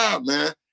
man